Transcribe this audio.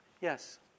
Yes